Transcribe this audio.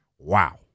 Wow